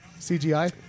CGI